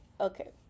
Okay